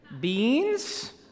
beans